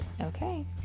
Okay